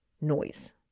noise